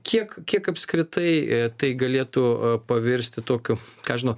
kiek kiek apskritai tai galėtų pavirsti tokiu ką aš žinau